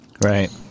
Right